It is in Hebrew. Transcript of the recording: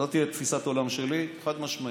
זאת תפיסת העולם שלי, חד-משמעית.